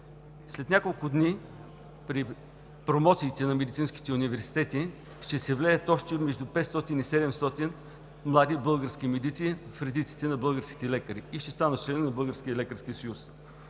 След няколко дни при промоциите на медицинските факултети ще се влеят още между 500 – 700 млади български медици в редиците на българските лекари и ще станат членове на Българския лекарски съюз.